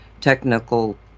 technical